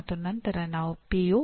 ಇಲ್ಲಿ ಹೊಣೆಗಾರರರು ಯಾರು